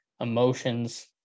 emotions